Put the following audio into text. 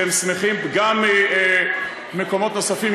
גם ממקומות נוספים,